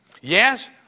Yes